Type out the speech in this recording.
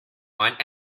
one